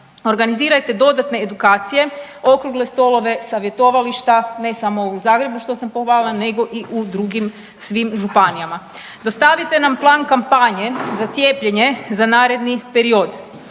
organizirajte dodatne edukacije, okrugle stolove, savjetovališta ne samo u Zagrebu što sam pohvalila nego i u drugim svim županijama. Dostavite nam plan kampanje za cijepljenje za naredni period.